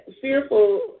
fearful